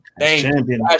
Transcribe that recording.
champion